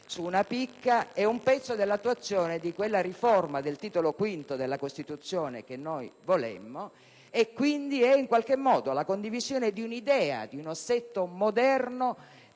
su una picca; è un pezzo dell'attuazione della riforma del Titolo V della Costituzione che noi volemmo e quindi in qualche modo è la condivisione di un'idea, di un assetto moderno